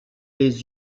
les